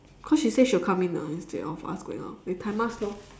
cause she say she will come in ah instead of us going out they time us lor